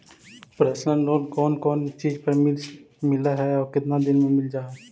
Personal loan कोन कोन चिज ल मिल है और केतना दिन में मिल जा है?